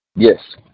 Yes